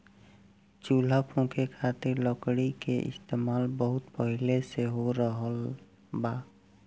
चूल्हा फुके खातिर लकड़ी के इस्तेमाल बहुत पहिले से हो रहल बा